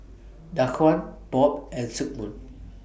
Daquan Bob and Sigmund